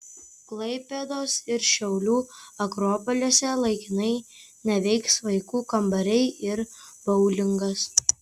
klaipėdos ir šiaulių akropoliuose laikinai neveiks vaikų kambariai ir boulingas